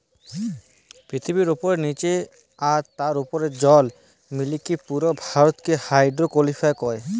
পৃথিবীর উপরে, নীচে আর তার উপরের জল মিলিকি পুরো ভরকে হাইড্রোস্ফিয়ার কয়